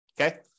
Okay